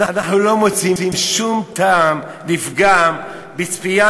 אנחנו לא מוצאים שום טעם לפגם בצפיית